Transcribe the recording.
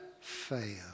fail